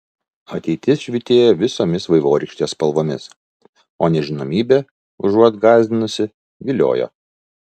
ateitis švytėjo visomis vaivorykštės spalvomis o nežinomybė užuot gąsdinusi viliojo